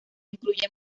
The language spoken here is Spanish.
incluye